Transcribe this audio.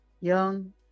Young